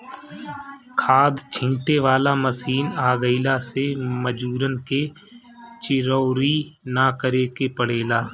खाद छींटे वाला मशीन आ गइला से मजूरन के चिरौरी ना करे के पड़ेला